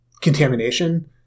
contamination